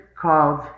called